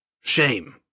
Shame